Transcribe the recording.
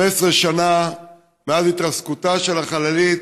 15 שנה מאז התרסקותה של החללית.